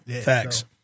facts